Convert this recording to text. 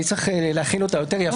אני צריך להכין אותה יותר יפה.